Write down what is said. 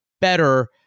better